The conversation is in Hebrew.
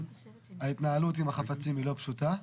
ההתנהלות עם החפצים היא לא פשוטה.